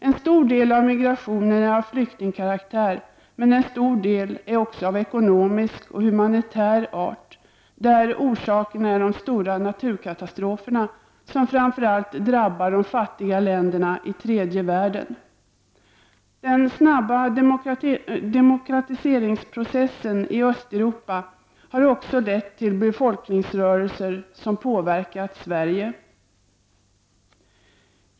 En stor del av migrationen är av flyktingkaraktär men en stor del är också av ekonomisk och humanitär art. En orsak är de stora naturkatastroferna som framför allt drabbar de fattiga länderna i tredje världen. Den snabba demokratiseringsprocessen i Östeuropa har också lett till befolkningsrörelser som påverkat Sverige.